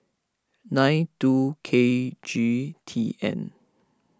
nine two K G T N